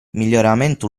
miglioramento